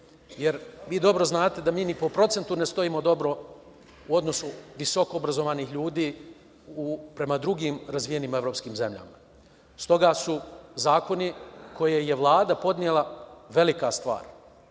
jer vi dobro znate da mi ni po procentu ne stojimo dobro u odnosu visoko obrazovanih ljudi prema drugim razvijenim evropskim zemljama. Zakoni koje je Vlada podnela je velika stvar